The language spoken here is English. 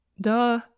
Duh